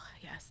yes